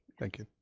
thank you.